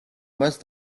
მას